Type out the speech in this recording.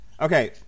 Okay